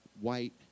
white